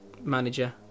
manager